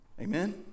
amen